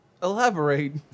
elaborate